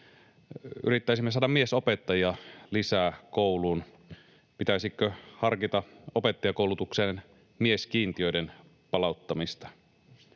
yrittäisimme saada miesopettajia lisää kouluun. Pitäisikö harkita opettajakoulutukseen mieskiintiöiden palauttamista?